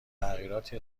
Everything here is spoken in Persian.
تغییراتی